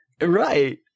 Right